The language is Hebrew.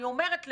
אני אומרת,